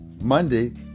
Monday